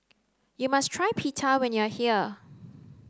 you must try Pita when you are here